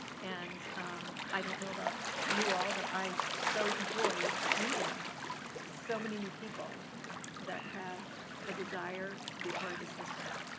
and i don't know about you all, but i so enjoyed meeting so many new people that have a desire to be a part of this district.